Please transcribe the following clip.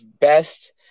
Best